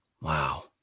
Wow